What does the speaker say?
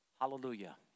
Hallelujah